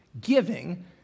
Giving